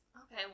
Okay